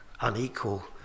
unequal